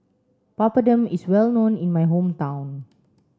Papadum is well known in my hometown